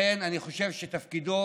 לכן אני חושב שתפקידו